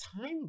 time